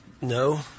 No